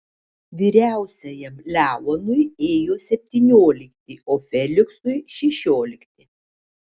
vyriausiajam leonui ėjo septyniolikti o feliksui šešiolikti